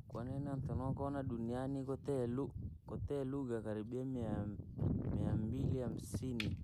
Kwanine ntunokonaa duniani kwatite luu, kwatite luu lugha karibia mia- miambili hamsinii.